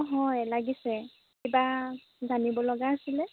হয় লাগিছে কিবা জানিব লগা আছিলে